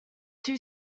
two